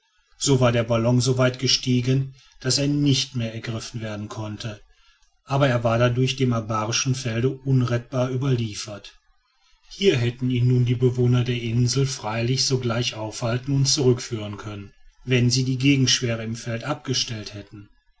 so war der ballon so weit gestiegen daß er nicht mehr ergriffen werden konnte aber er war dadurch dem abarischen felde unrettbar überliefert hier hätten ihn nun die bewohner der insel freilich sogleich aufhalten und zurückführen können wenn sie die gegenschwere im felde abgestellt hätten